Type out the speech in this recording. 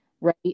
right